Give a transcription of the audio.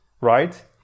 right